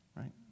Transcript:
Right